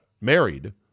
married